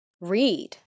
read